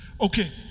Okay